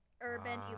urban